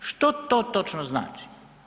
Što to točno znači?